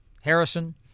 Harrison